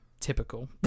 Typical